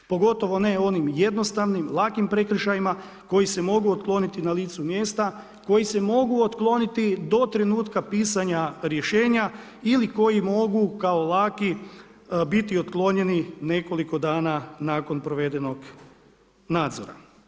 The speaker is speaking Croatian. Pogotovo ne onim jednostavnim, lakim prekršajima koji se mogu otkloniti na licu mjesta, koji se mogu otkloniti do trenutka pisanja rješenja ili koji mogu kao laki otklonjeni nekoliko dana nakon provedenog nadzora.